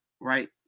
Right